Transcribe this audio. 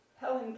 Helen